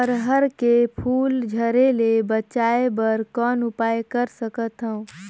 अरहर के फूल झरे ले बचाय बर कौन उपाय कर सकथव?